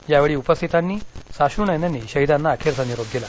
यावेळी उपस्थितांनी साश्रूनयनांनी शहीदांना अखेरचा निरोप दिला